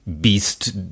beast